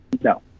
No